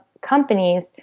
companies